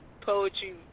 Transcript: poetry